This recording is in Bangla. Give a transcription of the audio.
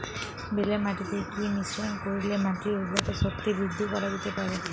বেলে মাটিতে কি মিশ্রণ করিলে মাটির উর্বরতা শক্তি বৃদ্ধি করা যেতে পারে?